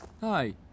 Hi